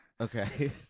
Okay